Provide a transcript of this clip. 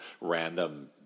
random